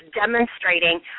demonstrating